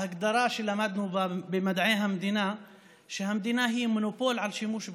ההגדרה שלמדנו במדעי המדינה היא שהמדינה היא מונופול על שימוש באלימות.